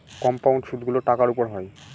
compound সুদগুলো টাকার উপর হয়